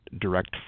direct